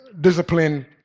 discipline